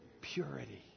purity